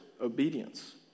obedience